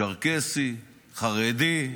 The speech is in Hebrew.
צ'רקסי, חרדי.